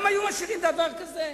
גם היו משאירים דבר כזה?